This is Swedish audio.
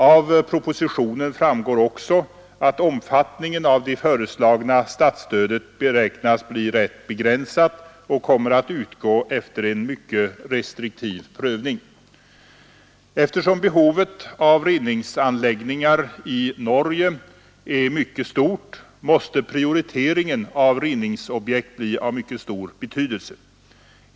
Av propositionen framgår också att omfattningen av det föreslagna statsstödet beräknas bli rätt begränsad och att det kommer att utgå efter en mycket restriktiv prövning. Eftersom behovet av reningsanläggningar i Norge är mycket stort måste prioriteringen av reningsobjekt bli av mycket stor betydelse.